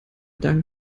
dank